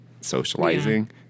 socializing